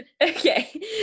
okay